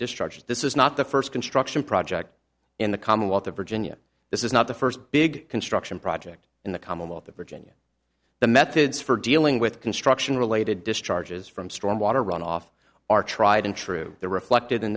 destruction this is not the first construction project in the commonwealth of virginia this is not the first big construction project in the commonwealth of virginia the methods for dealing with construction related discharges from storm water runoff are tried and true the reflected in